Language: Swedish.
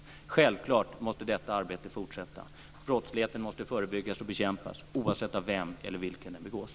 Självklart måste detta arbete fortsätta. Brottsligheten måste förebyggas och bekämpas oavsett av vem eller vilka den begås.